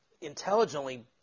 intelligently